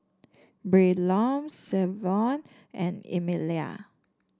Braylon Savon and Emelia